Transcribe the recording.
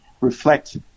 reflect